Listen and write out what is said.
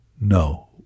no